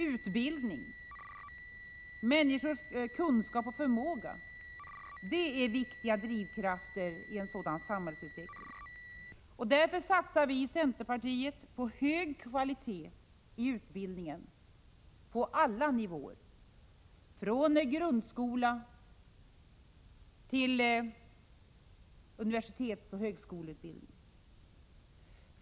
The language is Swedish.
Utbildning och människornas kunskap och förmåga är viktiga drivkrafter i en sådan samhällsutveckling. Därför satsar centerpartiet på hög kvalitet i utbildningen på alla nivåer, från grundskola till universitetsoch högskoleutbildning.